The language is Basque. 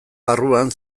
barruan